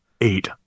eight